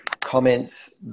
comments